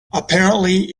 apparently